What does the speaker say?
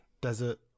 Desert